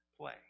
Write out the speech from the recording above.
play